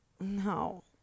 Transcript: No